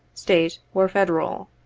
state or federal.